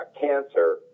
cancer